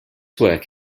work